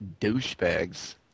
douchebags